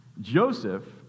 Joseph